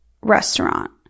restaurant